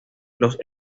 los